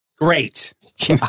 Great